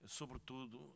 sobretudo